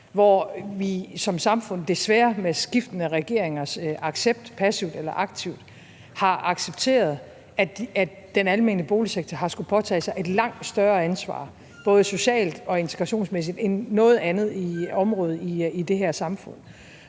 hvor vi som samfund desværre med skiftende regeringers accept passivt eller aktivt har accepteret, at den almene boligsektor har skullet påtage sig et langt større ansvar, både socialt og integrationsmæssigt, end noget andet område i det her samfund,